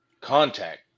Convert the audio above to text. contact